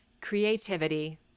creativity